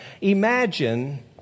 Imagine